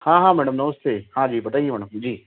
हाँ हाँ मैडम नमस्ते हाँ जी बताइए मैडम जी